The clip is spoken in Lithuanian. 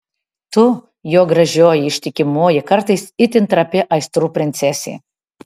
tu jo gražioji ištikimoji kartais itin trapi aistrų princesė